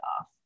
off